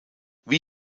wie